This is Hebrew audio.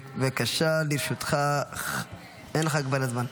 בבקשה, לרשותך, אין לך הגבלת זמן.